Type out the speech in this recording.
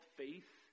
faith